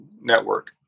network